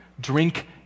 Drink